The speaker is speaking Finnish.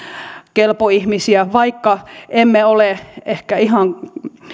kelpo ihmisiä vaikka emme ole ehkä ihan